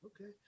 Okay